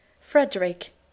Frederick